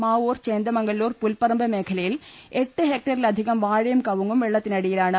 മാവൂർ ചേന്ദ്മംഗല്ലൂർ പുൽപ്പറമ്പ് മേഖലയിൽ എട്ട് ഹെക്ട റിലധികം വാഴയും കവുങ്ങും വെള്ളത്തിനടിയിലാണ്